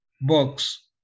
books